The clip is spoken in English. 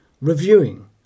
reviewing